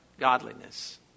godliness